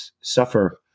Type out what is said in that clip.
suffer